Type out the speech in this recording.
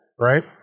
right